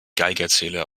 geigerzähler